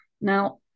now